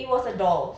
it was a doll